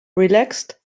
relaxed